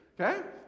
okay